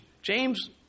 James